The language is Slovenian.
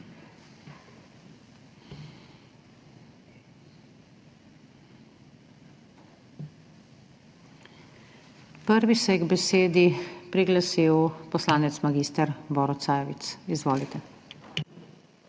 Prvi se je k besedi priglasil poslanec mag. Borut Sajovic. Izvolite.